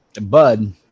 bud